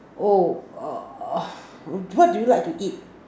oh uh uh what do you like to eat